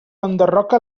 enderroca